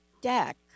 deck